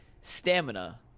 stamina